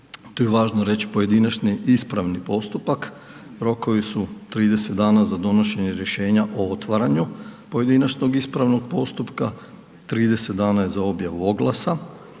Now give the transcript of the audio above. tu je važno reći pojedinačni ispravni postupak, rokovi su 30 dana za donošenje rješenja o otvaranju pojedinačnog ispravnog postupka, 30 dana je za objavu oglasa,